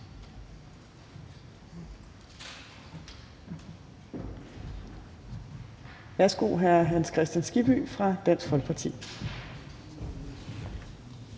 Værsgo til hr. Hans Kristian Skibby fra Dansk Folkeparti.